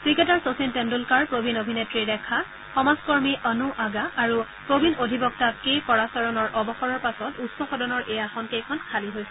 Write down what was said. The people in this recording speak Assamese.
ক্ৰিকেটাৰ শচীন তেণ্ডুলকাৰ প্ৰবীণ অভিনেত্ৰী ৰেখা সমাজকৰ্মী অনু আগা আৰু প্ৰবীণ অধিবক্তা কে পৰাশৰণৰ অৱসৰৰ পাছত উচ্চ সদনৰ এই আসনকেইখন খালী হৈছিল